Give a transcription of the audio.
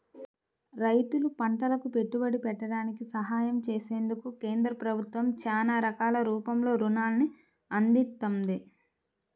రైతులు పంటలకు పెట్టుబడి పెట్టడానికి సహాయం చేసేందుకు కేంద్ర ప్రభుత్వం చానా రకాల రూపంలో రుణాల్ని అందిత్తంది